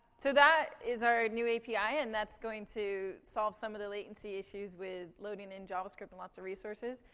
so that is our new api, and that's going to solve some of the latency issues with loading in javascript in lots of resources.